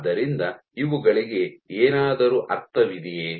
ಆದ್ದರಿಂದ ಇವುಗಳಿಗೆ ಏನಾದರೂ ಅರ್ಥವಿದೆಯೇ